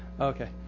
Okay